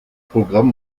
programm